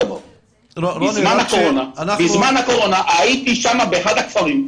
בזמן הקורונה הייתי באחד הכפרים.